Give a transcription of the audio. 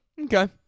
Okay